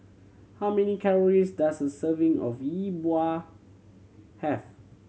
how many calories does a serving of Yi Bua have